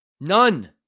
None